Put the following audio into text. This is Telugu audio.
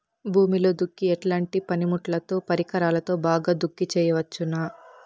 భూమిలో దుక్కి ఎట్లాంటి పనిముట్లుతో, పరికరాలతో బాగా దుక్కి చేయవచ్చున?